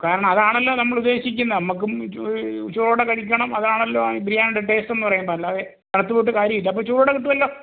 കാരണം അതാണല്ലോ നമ്മൾ ഉദ്ദേശിക്കുന്നത് നമുക്കും ചൂടോടെ കഴിക്കണം അതാണല്ലോ ബിരിയാണിയുടെ ടേസ്റ്റ് എന്ന് പറയുന്നത് അല്ലാതെ തണുത്ത് പോയിട്ട് കാര്യം ഇല്ല അപ്പോൾ ചൂടോടെ കിട്ടുമല്ലോ